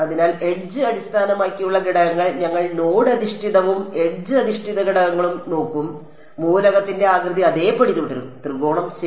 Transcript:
അതിനാൽ എഡ്ജ് അടിസ്ഥാനമാക്കിയുള്ള ഘടകങ്ങൾ ഞങ്ങൾ നോഡ് അധിഷ്ഠിതവും എഡ്ജ് അധിഷ്ഠിത ഘടകങ്ങളും നോക്കും മൂലകത്തിന്റെ ആകൃതി അതേപടി തുടരും ത്രികോണം ശരി